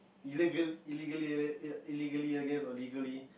illegal~ illegally illegally I guess or legally